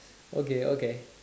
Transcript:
okay okay